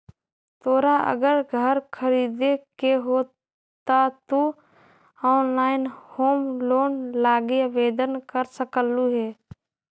तोरा अगर घर खरीदे के हो त तु ऑनलाइन होम लोन लागी आवेदन कर सकलहुं हे